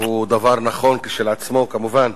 הוא דבר נכון כשלעצמו, כמובן,